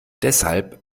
deshalb